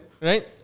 right